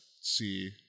see